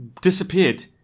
disappeared